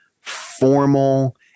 formal